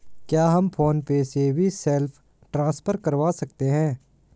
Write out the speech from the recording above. क्या हम PhonePe से भी सेल्फ ट्रांसफर करवा सकते हैं?